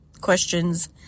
questions